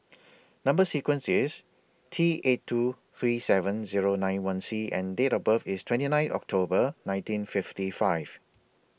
Number sequence IS T eight two three seven Zero nine one C and Date of birth IS twenty nine October nineteen fifty five